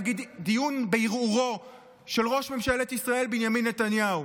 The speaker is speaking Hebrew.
נגיד בדיון בערעורו של ראש ממשלת ישראל בנימין נתניהו.